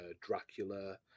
Dracula